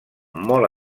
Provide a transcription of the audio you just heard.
molt